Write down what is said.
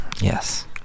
Yes